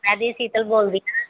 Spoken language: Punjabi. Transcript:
ਮੈਂ ਦੀ ਸੀਤਲ ਬੋਲਦੀ ਹਾਂ